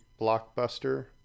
blockbuster